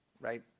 right